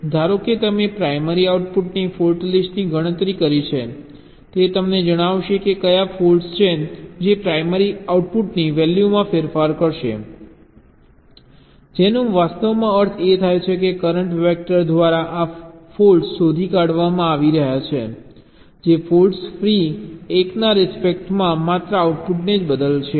ધારો કે તમે પ્રાઇમરી આઉટપુટની ફોલ્ટ લિસ્ટની ગણતરી કરી છે તે તમને જણાવશે કે કયા ફોલ્ટ્સ છે જે પ્રાઇમરી આઉટપુટની વેલ્યુમાં ફેરફાર કરશે જેનો વાસ્તવમાં અર્થ એ થાય છે કે કરંટ વેક્ટર દ્વારા કયા ફોલ્ટ્સ શોધી કાઢવામાં આવી રહ્યા છે જે ફૉલ્ટ ફ્રી 1 ના રિસ્પેક્ટમાં માત્ર આઉટપુટને જ બદલશે